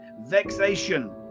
vexation